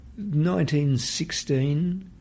1916